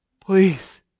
please